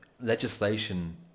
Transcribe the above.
legislation